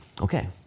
okay